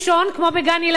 כמו בגן-ילדים,